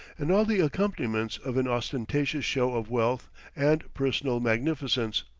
and all the accompaniments of an ostentatious show of wealth and personal magnificence.